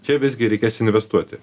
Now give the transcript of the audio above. čia visgi reikės investuoti